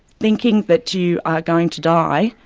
thinking that you are going to die,